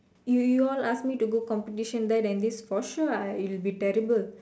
you you all ask me to go competition that and this for sure I it'll be terrible